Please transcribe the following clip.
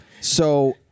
So-